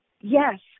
yes